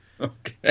Okay